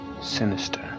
sinister